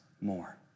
more